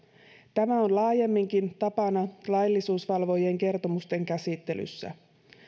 tämä on laajemminkin tapana laillisuusvalvojien kertomusten käsittelyssä